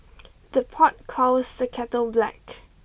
the pot calls the kettle black